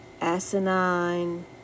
asinine